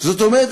זאת אומרת,